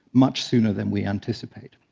much sooner than we anticipate.